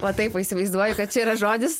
va taip va įsivaizduoju kad čia yra žodis